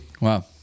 Wow